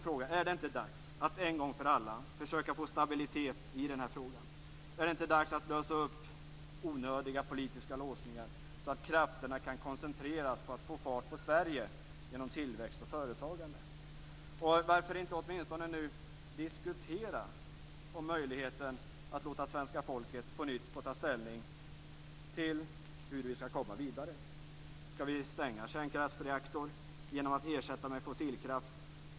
Är det inte dags att en gång för alla försöka få stabilitet i den här frågan? Är det inte dags att lösa upp onödiga politiska låsningar så att krafterna kan koncentreras på att få fart på Sverige genom tillväxt och företagande? Varför inte åtminstone nu diskutera om möjligheten att låta svenska folket på nytt få ta ställning till hur vi skall komma vidare? Skall vi stänga en kärnkraftsreaktor genom att fortsätta med fossilkraft?